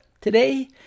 today